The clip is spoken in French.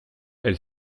elle